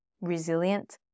resilient